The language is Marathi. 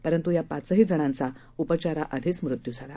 परंतु या पाचही जणांचा उपचाराआधीच मृत्यू झाला